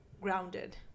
grounded